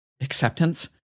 acceptance